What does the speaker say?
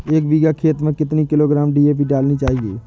एक बीघा खेत में कितनी किलोग्राम डी.ए.पी डालनी चाहिए?